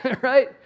right